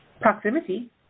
Proximity